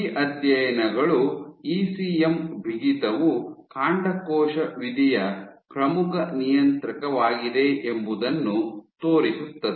ಈ ಅಧ್ಯಯನಗಳು ಇಸಿಎಂ ಬಿಗಿತವು ಕಾಂಡಕೋಶ ವಿಧಿಯ ಪ್ರಮುಖ ನಿಯಂತ್ರಕವಾಗಿದೆ ಎಂಬುದನ್ನು ತೋರಿಸುತ್ತದೆ